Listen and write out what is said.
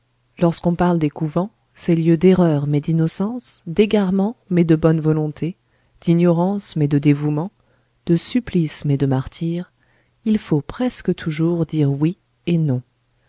lorsqu'on parle des couvents ces lieux d'erreur mais d'innocence d'égarement mais de bonne volonté d'ignorance mais de dévouement de supplice mais de martyre il faut presque toujours dire oui et non